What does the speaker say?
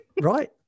right